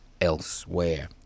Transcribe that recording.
elsewhere